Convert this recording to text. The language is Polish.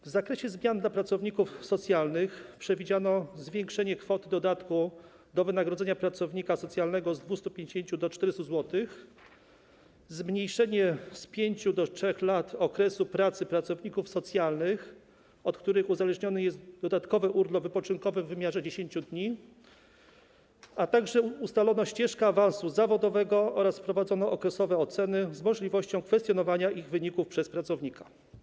W zakresie zmian dla pracowników socjalnych przewidziano zwiększenie kwot dodatku do wynagrodzenia pracownika socjalnego: z 250 zł do 400 zł, zmniejszenie z 5 do 3 lat okresu pracy pracowników socjalnych, od którego uzależniony jest dodatkowy urlop wypoczynkowy w wymiarze 10 dni, a także ustalono ścieżkę awansu zawodowego oraz wprowadzono okresowe oceny z możliwością kwestionowania ich wyników przez pracownika.